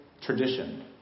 tradition